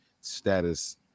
status